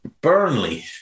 Burnley